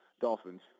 Dolphins